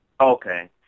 Okay